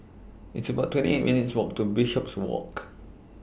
It's about twenty eight minutes' Walk to Bishopswalk